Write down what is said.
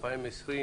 התש"ף-2020